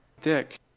dick